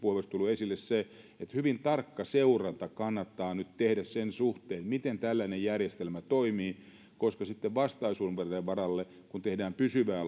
puheenvuorossa on tullut esille se että hyvin tarkka seuranta kannattaa nyt tehdä sen suhteen miten tällainen järjestelmä toimii koska sitten vastaisuuden varalle kun tehdään pysyvää